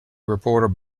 reporter